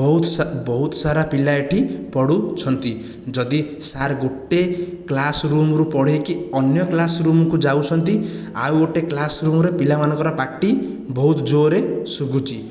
ବହୁତ ବହୁତ ସାରା ପିଲା ଏଠି ପଢ଼ୁଛନ୍ତି ଯଦି ସାର୍ ଗୋଟିଏ କ୍ଳାସରୁମ୍ରୁ ପଢ଼ାଇକି ଅନ୍ୟ କ୍ଳାସରୁମ୍କୁ ଯାଉଛନ୍ତି ଆଉ ଗୋଟିଏ କ୍ଲାସରୁମ୍ରେ ପିଲାମାନଙ୍କର ପାଟି ବହୁତ ଜୋରରେ ଶୁଭୁଛି